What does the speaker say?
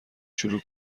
شروع